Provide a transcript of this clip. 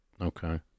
Okay